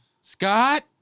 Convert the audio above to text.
Scott